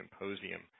symposium